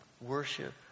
worship